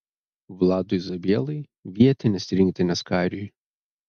vladui zabielai vietinės rinktinės kariui